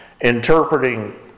interpreting